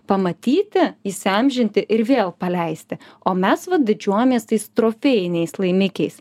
pamatyti įsiamžinti ir vėl paleisti o mes va didžiuojamės tais trofėjiniais laimikiais